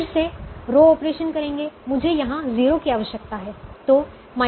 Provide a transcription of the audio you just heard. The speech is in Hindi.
फिर से रो ऑप्रेशन करेंगे मुझे यहां 0 की आवश्यकता है